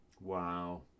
Wow